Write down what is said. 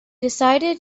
decided